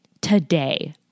today